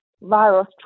virus